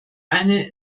eine